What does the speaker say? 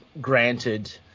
granted